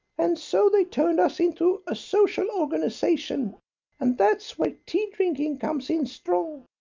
and so they turned us into a social organisation and that's where tea drinking comes in strong.